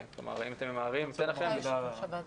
כאישה ששיחקה חמש שנים כדורגל --- מה את אומרת,